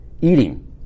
eating